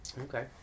Okay